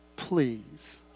Please